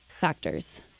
factors